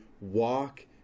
walk